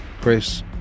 Chris